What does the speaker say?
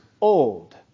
old